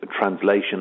translation